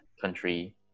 country